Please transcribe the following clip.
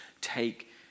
take